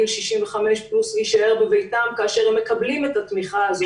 בגילאי 65 פלוס להישאר בביתם כאשר הם מקבלים את התמיכה הזאת.